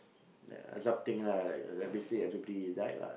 yeah azab thing lah like like basically everybody died lah